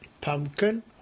pumpkin